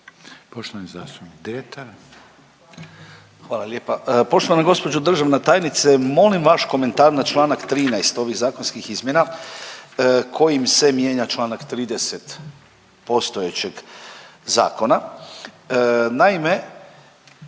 **Dretar, Davor (DP)** Hvala lijepa. Poštovana gospođo državna tajnice, molim vaš komentar na čl. 13. ovih zakonskih izmjena kojim se mijenja čl. 30. postojećeg zakona.